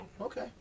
Okay